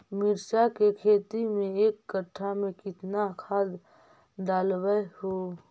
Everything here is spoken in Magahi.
मिरचा के खेती मे एक कटा मे कितना खाद ढालबय हू?